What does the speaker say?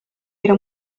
era